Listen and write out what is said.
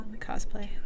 cosplay